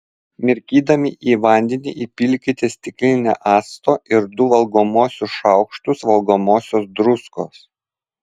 mirkydami į vandenį įpilkite stiklinę acto ir du valgomuosius šaukštus valgomosios druskos